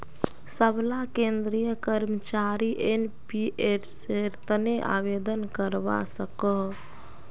सबला केंद्रीय कर्मचारी एनपीएसेर तने आवेदन करवा सकोह